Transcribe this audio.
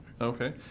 Okay